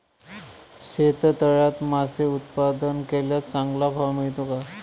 शेततळ्यात मासे उत्पादन केल्यास चांगला भाव मिळतो का?